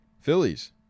Phillies